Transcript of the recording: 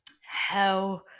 hell